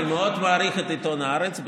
אני מאוד מעריך את עיתון הארץ.